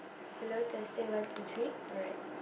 hello testing one two three alright